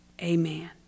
Amen